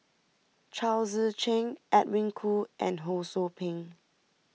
Chao Tzee Cheng Edwin Koo and Ho Sou Ping